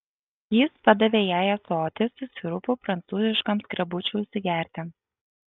jis padavė jai ąsotį su sirupu prancūziškam skrebučiui užsigerti